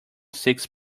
six